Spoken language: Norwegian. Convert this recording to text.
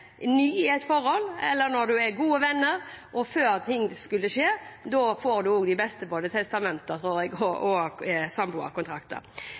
ny i et forhold, eller når du er gode venner, og før ting skjer. Da får du også de beste testamentene og